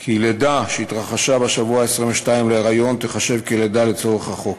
כי לידה שהתרחשה בשבוע ה-22 להיריון תיחשב כלידה לצורך החוק.